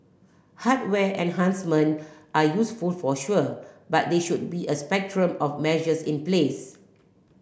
hardware enhancement are useful for sure but there should be a spectrum of measures in place